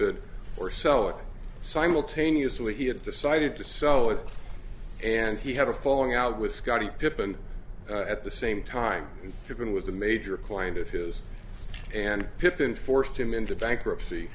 it or sell it simultaneously he had decided to sell it and he had a falling out with scottie pippen at the same time given with a major client of his and pippin forced him into bankruptcy